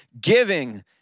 Giving